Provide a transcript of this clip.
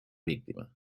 víctima